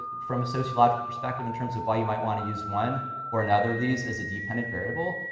from a sociological perspective in terms of why you might want to use one or another of these as a dependent variable.